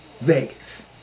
Vegas